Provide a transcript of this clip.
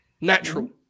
Natural